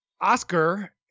Oscar